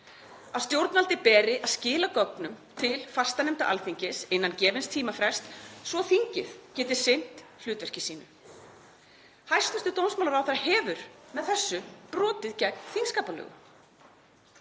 að stjórnvaldi beri að skila gögnum til fastanefnda Alþingis innan gefins tímafrests svo þingið geti sinnt hlutverki sínu. Hæstv. dómsmálaráðherra hefur með þessu brotið gegn þingskapalögum.